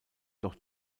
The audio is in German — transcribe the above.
doch